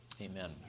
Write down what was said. amen